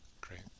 Great